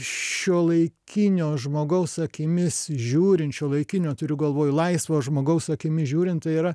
šiuolaikinio žmogaus akimis žiūrint šiuolaikinio turiu galvoj laisvo žmogaus akimis žiūrint tai yra